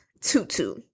Tutu